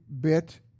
bit